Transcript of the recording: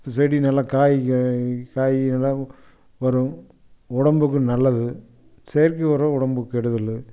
அப்போ செடி நல்லா காய் காய் காய் நல்லா வரும் உடம்புக்கு நல்லது செயற்கை உரம் உடம்புக் கெடுதல்